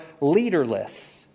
leaderless